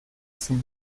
zen